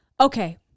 Okay